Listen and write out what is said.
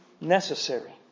necessary